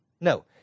No